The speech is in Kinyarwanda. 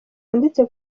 yanditse